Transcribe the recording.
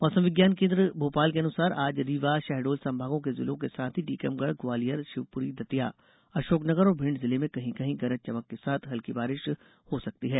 मौसम विज्ञान केन्द्र भोपाल के अनुसार आज रीवा शहडोल संभागों के जिले के साथ ही टीकमगढ़ ग्वालियर शिवपुरी दतिया अशोकनगर और भिंड जिले में कहीं कहीं गरज चमक के साथ हल्की बारिश हो सकती है